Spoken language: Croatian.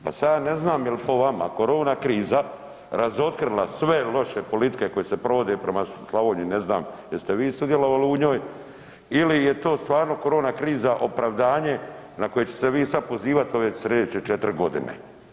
Pa sad ne znam jel to vama korona kriza razotkrila sve loše politike koje se provode prema Slavoniji, ne znam jeste vi sudjelovali u njoj ili je to stvarno korona kriza opravdanje na koje ćete se vi sad pozivat na ove slijedeće 4.g.